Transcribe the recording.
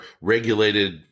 regulated